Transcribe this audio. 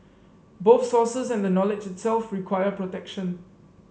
both sources and the knowledge itself require protection